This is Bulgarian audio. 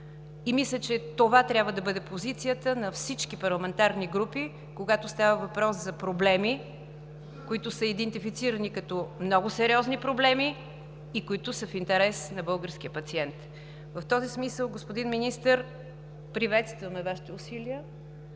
Мисля, че това трябва да бъде позицията на всички парламентарни групи, когато става въпрос за проблеми, които са идентифицирани като много сериозни проблеми и които са в интерес на българския пациент. В този смисъл, господин Министър, приветстваме Вашите усилия